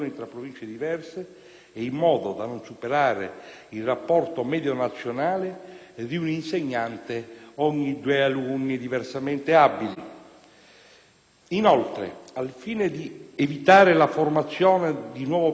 e in modo da non superare il rapporto medio nazionale di un insegnante ogni due alunni diversamente abili. Inoltre, al fine di evitare la formazione di nuovo personale precario,